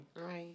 Right